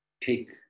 take